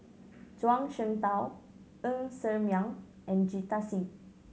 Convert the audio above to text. Zhuang Shengtao Ng Ser Miang and Jita Singh